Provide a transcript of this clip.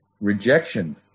rejection